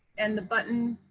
and the button